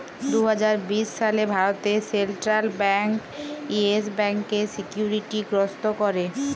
দু হাজার বিশ সালে ভারতে সেলট্রাল ব্যাংক ইয়েস ব্যাংকের সিকিউরিটি গ্রস্ত ক্যরে